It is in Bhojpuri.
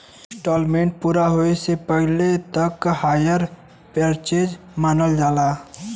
इन्सटॉलमेंट पूरा होये से पहिले तक हायर परचेस मानल जाला